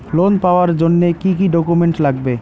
Loan পাওয়ার জন্যে কি কি ডকুমেন্ট লাগবে?